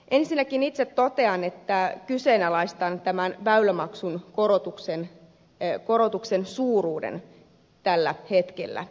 ensinnäkin itse totean että kyseenalaistan tämän väylämaksun korotuksen suuruuden tällä hetkellä